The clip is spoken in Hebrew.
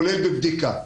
כולל בבדיקה.